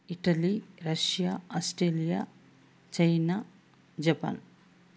Italy Russia Australia China Japan